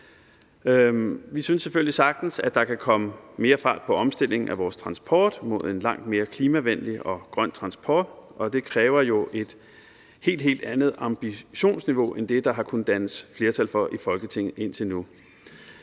Vi synes selvfølgelig, at der sagtens kan komme mere fart på omstillingen af vores transport mod en langt mere klimavenlig og grøn transport, og det kræver jo et helt, helt andet ambitionsniveau end det, der har kunnet dannes flertal for i Folketinget indtil nu.